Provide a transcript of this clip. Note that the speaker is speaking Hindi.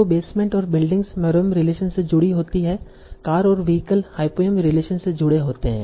तो बेसमेंट और बिल्डिंग्स मेरोंय्म रिलेशन से जुड़ी होती हैं कार और व्हीकल हायपोंयम रिलेशन से जुड़े होते हैं